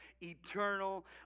eternal